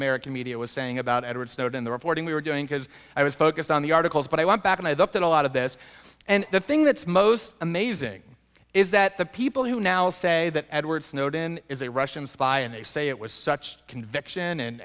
american media was saying about edward snowden the reporting we were doing because i was focused on the articles but i went back and i looked at a lot of this and the thing that's most amazing is that the people who now say that edward snowden is a russian spy and they say it was such conviction and